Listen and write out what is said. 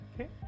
Okay